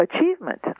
Achievement